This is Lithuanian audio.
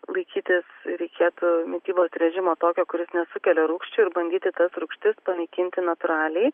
laikytis reikėtų mitybos režimo tokio kuris nesukelia rūgščių ir bandyti tas rūgštis panaikinti natūraliai